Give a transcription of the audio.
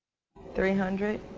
three hundred.